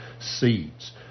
seeds